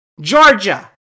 Georgia